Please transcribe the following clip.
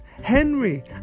Henry